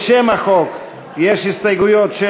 יש הסתייגויות של